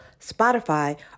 Spotify